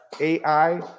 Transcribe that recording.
AI